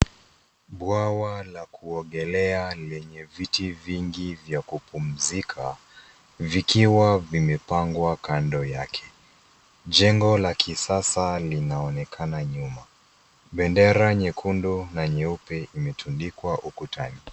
Bwawa la kuogelea lenye viti vingi vya kupumzika vikiwa vimepangwa kando yake. Jengo la kisasa linaonekana nyuma bendera nyeupe na nyekundu imetundikwa ukutani.